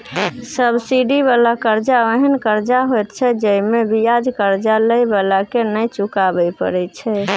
subsidy बला कर्जा ओहेन कर्जा होइत छै जइमे बियाज कर्जा लेइ बला के नै चुकाबे परे छै